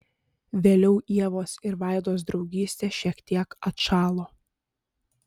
vėliau ievos ir vaidos draugystė šiek tiek atšalo